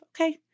okay